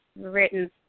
written